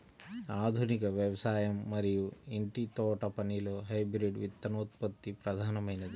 ఆధునిక వ్యవసాయం మరియు ఇంటి తోటపనిలో హైబ్రిడ్ విత్తనోత్పత్తి ప్రధానమైనది